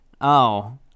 Oh